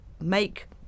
make